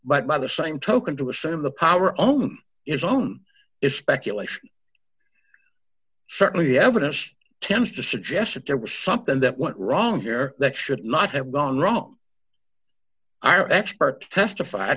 but by the same token to assume the power own is own is speculation certainly the evidence tends to suggest that there was something that went wrong here that should not have gone wrong our expert testified